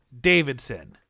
Davidson